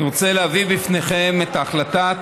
אני רוצה להביא לפניכם את החלטת